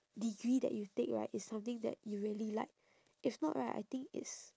degree that you take right is something that you really like if not right I think it's